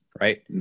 right